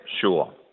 Sure